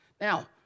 Now